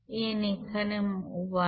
n এখানে 1